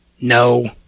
No